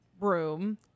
room